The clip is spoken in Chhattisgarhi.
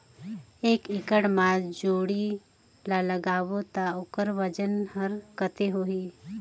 एक एकड़ मा जोणी ला लगाबो ता ओकर वजन हर कते होही?